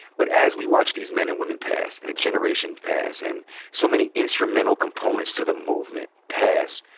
but as we watch these men and women pass, and a generation pass, and so many instrumental components to the movement pass,